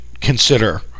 consider